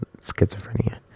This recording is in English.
schizophrenia